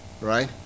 right